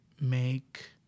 make